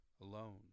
alone